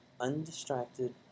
undistracted